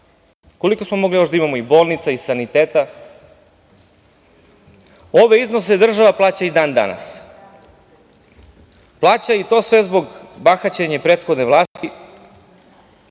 koliko smo mogli još da imamo i bolnica i saniteta. Ove iznose država plaća i dan-danas. Plaća, i to sve zbog bahaćenja prethodne vlasti,